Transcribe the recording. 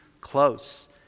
close